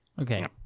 Okay